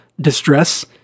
distress